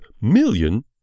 million